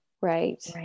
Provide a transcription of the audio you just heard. Right